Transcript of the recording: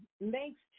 makes